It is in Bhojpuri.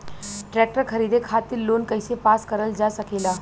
ट्रेक्टर खरीदे खातीर लोन कइसे पास करल जा सकेला?